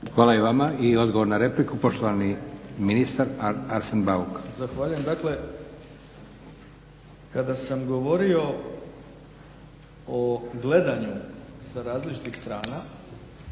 Hvala i vama. I odgovor na repliku, poštovani ministar Arsen Bauk. **Bauk, Arsen (SDP)** Zahvaljujem. Dakle, kada sam govorio o gledanju sa različitih strana